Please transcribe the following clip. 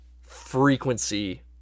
frequency